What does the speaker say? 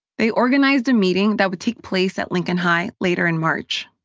they organized a meeting that would take place at lincoln high later in march.